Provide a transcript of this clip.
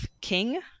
king